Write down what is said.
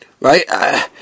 right